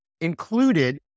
included